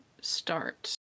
start